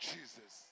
Jesus